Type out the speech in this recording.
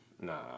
Nah